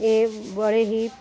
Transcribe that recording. ਇਹ ਬੜੇ ਹੀ